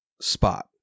spot